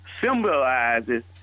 symbolizes